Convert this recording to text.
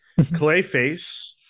Clayface